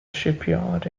shipyard